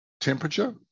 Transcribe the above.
temperature